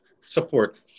support